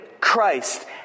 Christ